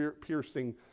piercing